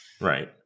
Right